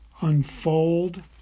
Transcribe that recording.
unfold